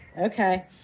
Okay